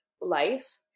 life